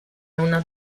una